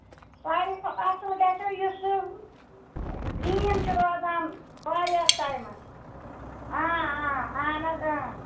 سارِوٕے کھۄتہٕ اَصٕل گژھِو یُس سُہ گریٖن چھُ روزان واریاہَس ٹایمس آ آ اَہَن حظ آ